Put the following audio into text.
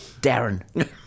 Darren